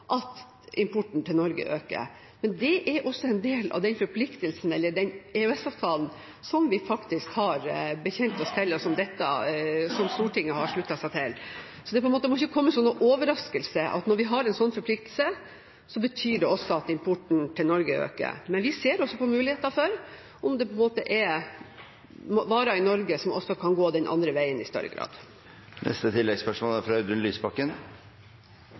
at importen til Norge øker. Det er også en del av de forpliktelsene, eller den EØS-avtalen, som vi faktisk har bekjent oss til, og som Stortinget har sluttet seg til. Så det må ikke komme som noen overraskelse at når vi har en sånn forpliktelse, betyr det også at importen til Norge øker. Men vi ser også på muligheter for om det er varer i Norge som også kan gå den andre veien i større grad. Audun Lysbakken – til oppfølgingsspørsmål. «Monsieur le president»! Et lite spørsmål til statsråden: Jeg regner med at det ikke er